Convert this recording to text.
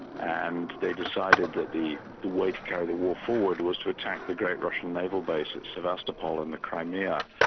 and they decided that the the way to carry the war forward was to attack the great russian naval bases, sevastopol and the crimea,